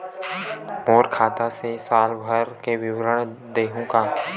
मोर खाता के साल भर के विवरण देहू का?